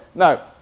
now,